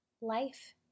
life